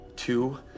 Two